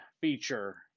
feature